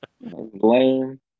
Blame